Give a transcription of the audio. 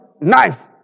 knife